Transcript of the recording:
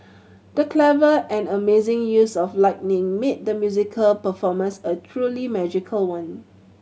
the clever and amazing use of lighting made the musical performance a truly magical one